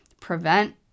prevent